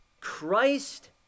Christ